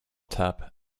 tap